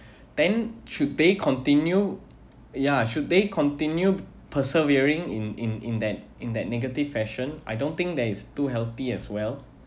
then should they continue ya should they continue persevering in in in that in that negative fashion I don't think that is too healthy as well